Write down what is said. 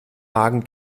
magen